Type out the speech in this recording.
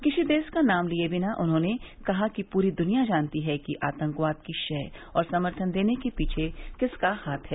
किसी देश का नाम लिए बिना उन्होंने कहा कि पूरी दुनिया जानती है कि आतंकवाद की शह और समर्थन देने के पीछे किसका हाथ है